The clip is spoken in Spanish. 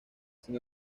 sin